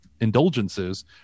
indulgences